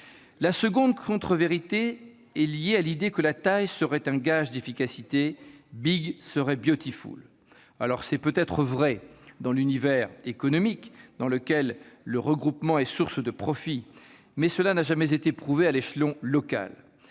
La seconde contre-vérité est liée à l'idée que la taille serait un gage d'efficacité-« » serait «». C'est peut-être vrai dans l'univers économique, car le regroupement y est source de profit, mais cela n'a jamais été prouvé à l'échelon local.